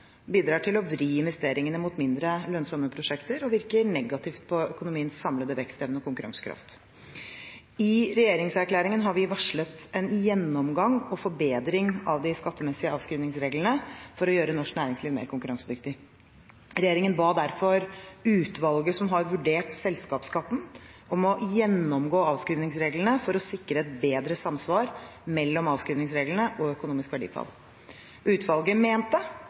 bidrar til å vri investeringene mot mindre lønnsomme prosjekter og virker negativt på økonomiens samlede vekstevne og konkurransekraft. I regjeringserklæringen har vi varslet en gjennomgang og forbedring av de skattemessige avskrivningsreglene for å gjøre norsk næringsliv mer konkurransedyktig. Regjeringen ba derfor utvalget som har vurdert selskapsskatten, om å gjennomgå avskrivningsreglene for å sikre et bedre samsvar mellom avskrivningsreglene og økonomisk verdifall. Utvalget mente